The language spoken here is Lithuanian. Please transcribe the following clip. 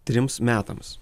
trims metams